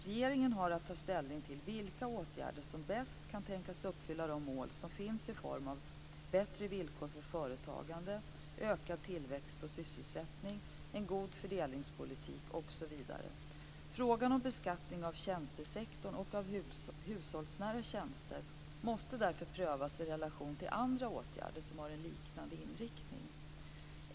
Regeringen har att ta ställning till vilka åtgärder som bäst kan tänkas uppfylla de mål som finns i form av bättre villkor för företagande, ökad tillväxt och sysselsättning, en god fördelningspolitik osv. Frågan om beskattningen av tjänstesektorn och av hushållsnära tjänster måste därför prövas i relation till andra åtgärder som har en liknande inriktning.